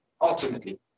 ultimately